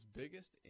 biggest